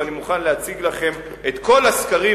ואני מוכן להציג לכם את כל הסקרים